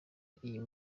iyo